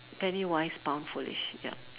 penny wise pound foolish ya